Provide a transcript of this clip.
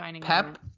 Pep